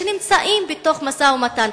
בתוך משא-ומתן?